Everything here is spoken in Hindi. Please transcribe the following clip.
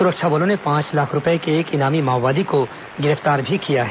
सुरक्षा बलों ने पांच लाख रूपए के एक इनामी माओवादी को गिरफ्तार भी किया है